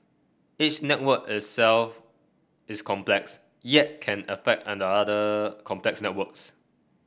each network itself is complex yet can affect and other complex networks